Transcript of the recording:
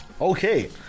Okay